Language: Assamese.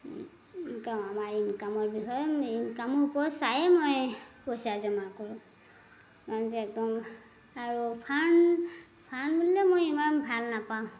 ইনকাম আমাৰ ইনকামৰ বিষয়ে ইনকামৰ ওপৰত চায়েই মই পইচা জমা কৰোঁ একদম আৰু ফাণ্ড ফাণ্ড বুলিলে মই ইমান ভাল নাপাওঁ